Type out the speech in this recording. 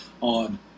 on